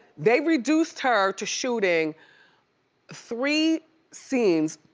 they reduced her to shooting three scenes,